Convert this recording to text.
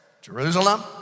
Jerusalem